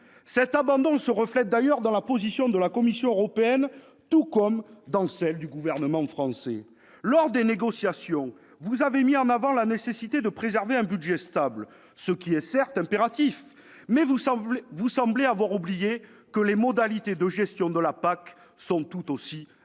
Cet abandon se reflète d'ailleurs dans la position de la Commission européenne tout comme dans celle du gouvernement français. Lors des négociations, monsieur le ministre, vous avez mis en avant la nécessité de préserver un budget stable, ce qui est certes impératif, mais vous semblez avoir oublié que les modalités de gestion de la PAC sont tout aussi importantes